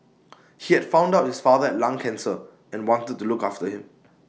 he had found out his father had lung cancer and wanted to look after him